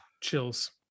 Chills